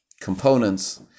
components